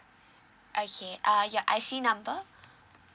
okay uh ya your I_C number